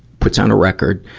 puts on a record.